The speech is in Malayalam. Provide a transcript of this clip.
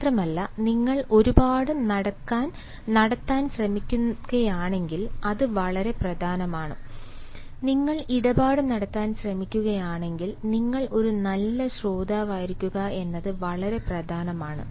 മാത്രമല്ല നിങ്ങൾ ഒരു ഇടപാട് നടത്താൻ ശ്രമിക്കുകയാണെങ്കിൽ അത് വളരെ പ്രധാനമാണ് നിങ്ങൾ ഇടപാട് നടത്താൻ ശ്രമിക്കുകയാണെങ്കിൽ നിങ്ങൾ ഒരു നല്ല ശ്രോതാവായിരിക്കുക എന്നത് വളരെ പ്രധാനമാണ്